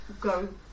go